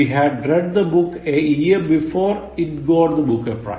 We had read the book a year before it got the Booker prize